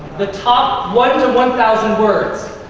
the top one to one thousand words.